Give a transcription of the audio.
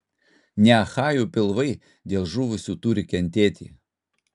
ne achajų pilvai dėl žuvusių turi kentėti